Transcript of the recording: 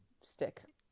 stick